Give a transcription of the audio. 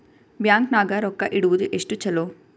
Bank ನಾಗ ರೊಕ್ಕ ಇಡುವುದು ಎಷ್ಟು ಚಲೋ?